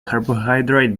carbohydrate